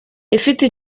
ifite